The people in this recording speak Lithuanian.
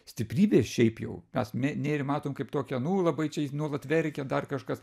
stiprybės šiaip jau mes ne nėrį matom kaip tokią nu labai čia ji nuolat verkia dar kažkas